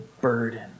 burden